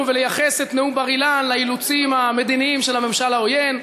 ולייחס את נאום בר-אילן לאילוצים המדיניים של הממשל העוין.